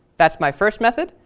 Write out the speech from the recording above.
that's my first method.